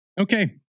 Okay